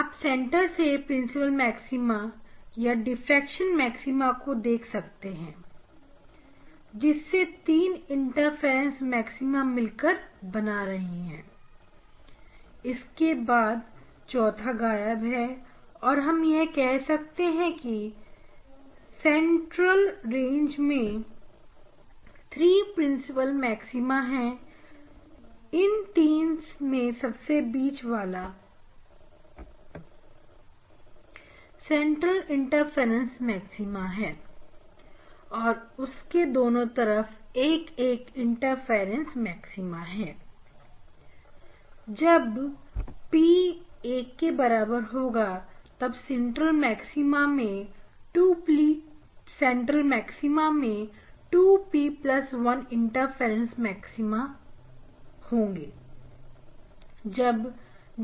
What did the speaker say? आप सेंटर में principal maxima या डिफ्रेक्शन मैक्सिमा को देख सकते हैं जिसे तीन इंटरफ्रेंस मैक्सिमा मिलकर बना रहे हैं इसके बाद चौथा गायब है और हम कह सकते हैं कि सेंट्रल रेंज में 3 प्रिंसिपल मैक्सिमा है इन तीन में सबसे बीच वाला सेंट्रल इंटरफेरेंस मैक्सिमा है और उसकी दोनों तरफ 1 1 इंटरफ्रेंस मैक्सिमा है जब p 1 होगा तब central maxima 2p1 interference maxima से मिलकर बनेगा